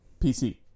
PC